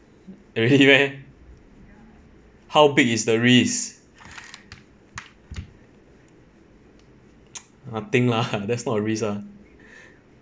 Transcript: really meh how big is the risk nothing lah that's not a risk lah